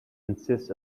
consists